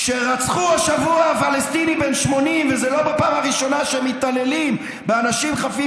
והיא לא קשורה למה שאתה מחבר.